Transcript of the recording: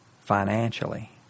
financially